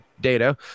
data